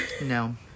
No